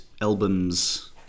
albums